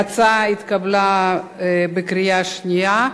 ההצעה התקבלה בקריאה שנייה,